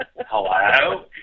Hello